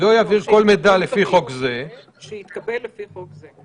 מעביר לפי חוק זה.